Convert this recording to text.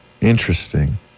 Interesting